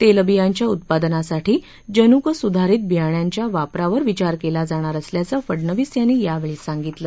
तेलबियांच्या उत्पादनासाठी जनुक सुधारित बियाण्यांच्या वापरावर विचार केला जाणार असल्याचं फडणवीस यांनी यावेळी सांगितलं